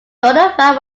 donovan